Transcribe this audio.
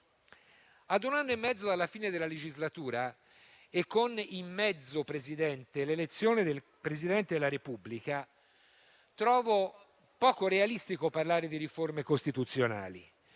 Ad un anno e mezzo dalla fine della legislatura e con in mezzo l'elezione del Presidente della Repubblica, trovo poco realistico parlare di riforme costituzionali.